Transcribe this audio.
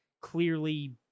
clearly